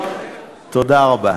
תודה רבה.